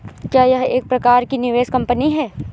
क्या यह एक प्रकार की निवेश कंपनी है?